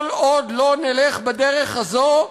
כל עוד לא נלך בדרך הזו,